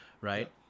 Right